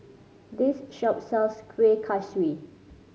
this shop sells Kuih Kaswi